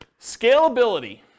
Scalability